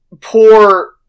poor